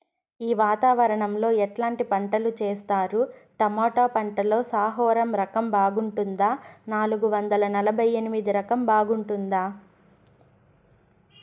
ఈ వాతావరణం లో ఎట్లాంటి పంటలు చేస్తారు? టొమాటో పంటలో సాహో రకం బాగుంటుందా నాలుగు వందల నలభై ఎనిమిది రకం బాగుంటుందా?